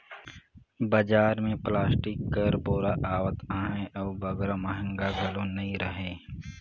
बजार मे पलास्टिक कर बोरा आवत अहे अउ बगरा महगा घलो नी रहें